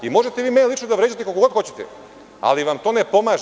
Možete vi mene lično da vređate koliko god hoćete, ali vam to ne pomaže.